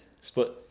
Split